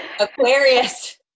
Aquarius